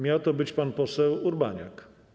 Miał to być pan poseł Urbaniak.